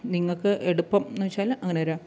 നിങ്ങള്ക്ക് എടുപ്പം എന്നു വച്ചാല് അങ്ങനെ തരാം